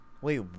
wait